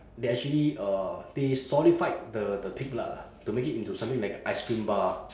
they actually uh they solidified the the pig blood lah to make it into something like a ice cream bar